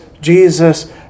Jesus